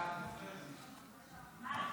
ההצעה